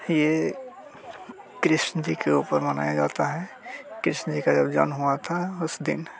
ये कृष्ण जी के ऊपर मनाया जाता है कृष्ण जी का जब जन्म हुआ था उस दिन